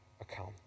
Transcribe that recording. account